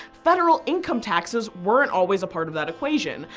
federal income taxes weren't always a part of that equation.